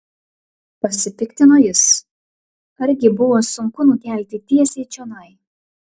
pasipiktino jis argi buvo sunku nukelti tiesiai čionai